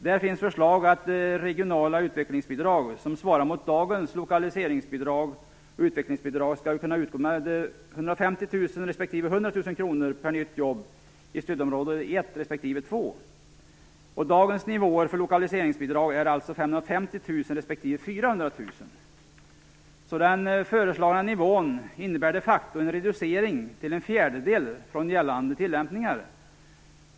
Där finns förslag om att regionala utvecklingsbidrag, som svarar mot dagens lokaliseringsbidrag och utvecklingsbidrag, skall kunna utgå med 150 000 kr respektive 100 000 kr per nytt jobb i stödområde 1 respektive 2. Dagens nivåer för lokaliseringsbidrag är 550 000 kr respektive Den föreslagna nivån innebär de facto en reducering till en fjärdedel från gällande tillämpningar.